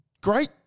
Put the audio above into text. great